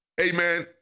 Amen